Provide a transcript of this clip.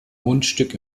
mundstück